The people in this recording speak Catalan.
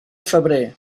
febrer